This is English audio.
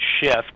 shift